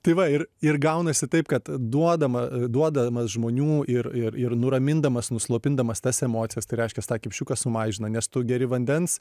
tai va ir ir gaunasi taip kad duodam duodamas žmonių ir ir ir nuramindamas nuslopindamas tas emocijas tai reiškias tą kipšiuką sumažina nes tu geri vandens